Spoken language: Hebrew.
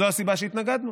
זו הסיבה שהתנגדנו.